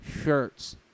shirts